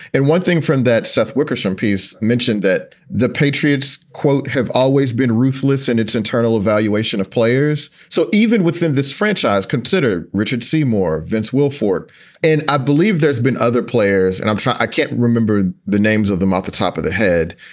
and one thing from that seth wickersham piece mentioned that the patriots, quote, have always been ruthless in its internal evaluation of players so even within this franchise, consider richard seymour, vince wilfork and i believe there's been other players and i'm sure i can't remember the names of them at the top of the head.